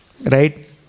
right